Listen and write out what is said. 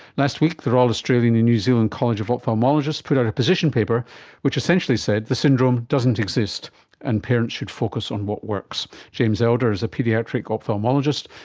last week the royal australian and new zealand college of ophthalmologists put out a position paper which essentially said the syndrome doesn't exist and parents should focus on what works. james elder is a paediatric ophthalmologist,